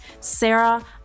Sarah